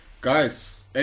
Guys